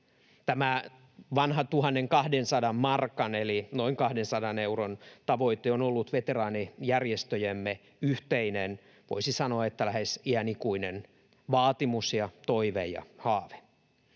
Tämä vanha 1 200 markan eli noin 200 euron tavoite on ollut veteraanijärjestöjemme yhteinen — voisi sanoa, että lähes iänikuinen — vaatimus, toive ja haave.